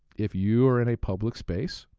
if you are in a public space,